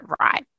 right